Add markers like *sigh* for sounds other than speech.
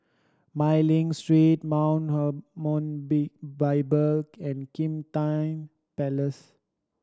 Mei Ling Street Mount Her *unintelligible* Bible and Kim Tian Palace